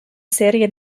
serie